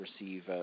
receive